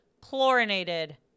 chlorinated